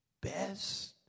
best